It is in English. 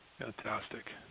fantastic